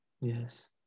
yes